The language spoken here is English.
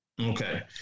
Okay